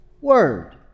word